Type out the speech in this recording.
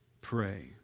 pray